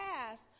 past